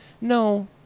no